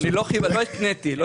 אני אומר שבמקום לפרק, בואו לא